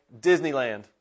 Disneyland